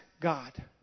God